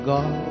God